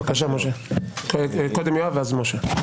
בבקשה, קודם יואב ואז משה.